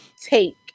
take